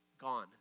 Gone